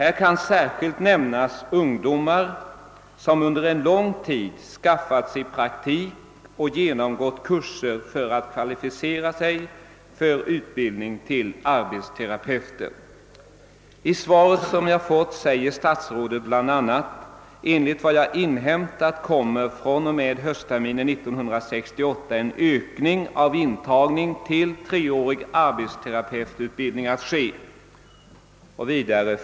En del av dessa ungdomar har under en lång tid skaffat sig praktik och genomgått kurser för att kvalificera sig för utbildning till arbetsterapeuter. I det svar som jag har fått säger statsrådet bl.a.: »Enligt vad jag har inhämtat kommer från och med höstterminen 1968 en ökning av intagningen till treårig arbetsterapeututbildning att ske.